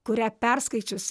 kurią perskaičius